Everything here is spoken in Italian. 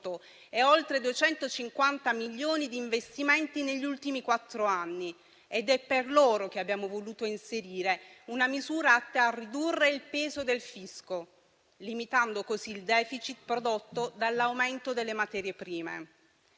e oltre 250 milioni di investimenti negli ultimi quattro anni. Ed è per loro che abbiamo voluto inserire una misura atta a ridurre il peso del fisco, limitando così il *deficit* prodotto dall'aumento delle materie prime.